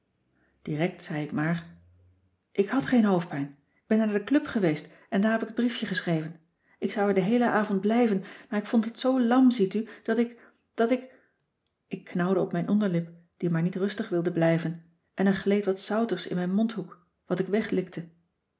zei ik het maar ik had geen hoofdpijn k ben naar de club geweest en daar heb ik t briefje geschreven ik zou er den heelen avond blijven maar ik vond het zoo lam ziet u dat ik dat ik ik knauwde op mijn onderlip die maar niet rustig wilde blijven en er gleed wat zoutigs in mijn mondhoek wat ik